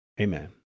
amen